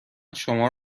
شما